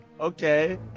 okay